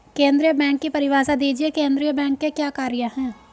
केंद्रीय बैंक की परिभाषा दीजिए केंद्रीय बैंक के क्या कार्य हैं?